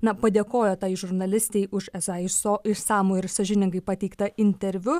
na padėkojo tai žurnalistei už esą išso išsamų ir sąžiningai pateiktą interviu